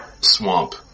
swamp